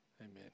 Amen